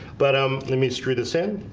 but um let me just read this in